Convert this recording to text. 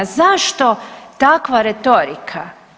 Zašto takva retorika?